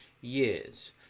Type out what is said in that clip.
years